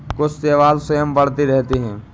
कुछ शैवाल स्वयं बढ़ते रहते हैं